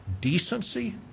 decency